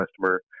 customer